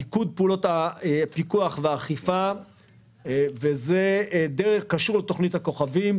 מיקוד פעולות הפיקוח והאכיפה קשור לתכנית הכוכבים.